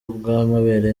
bw’amabere